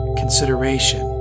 consideration